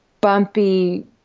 bumpy